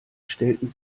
stellten